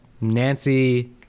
Nancy